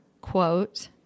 quote